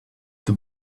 the